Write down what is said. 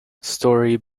story